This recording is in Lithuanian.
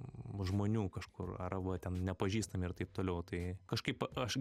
žmonių kažkur arba ten nepažįstami ir taip toliau tai kažkaip aš